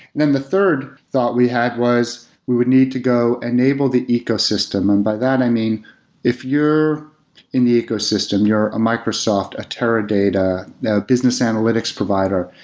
then the third thought we had was we would need to go enable the ecosystem, and by that i mean if you're in the ecosystem, you're a microsoft, a teradata, a business analytics provider,